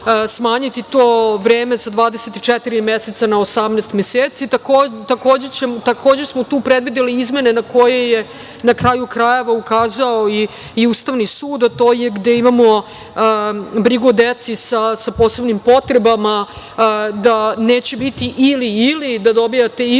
smanjiti to vreme sa 24 meseca na 18 meseci. Takođe smo tu predvideli izmene na koje je, na kraju krajeva, ukazao i Ustavni sud, a to je gde imamo brigu o deci sa posebnim potrebama, da neće biti ili, ili, da dobijate ili